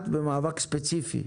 את במאבק ספציפי.